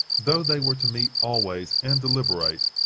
though they were to meet always, and deliberate,